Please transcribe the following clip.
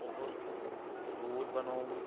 اوٚبُر روٗد بَنوٚوُم